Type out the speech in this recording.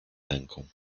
ręką